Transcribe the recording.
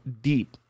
deep